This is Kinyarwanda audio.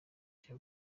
cya